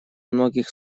многих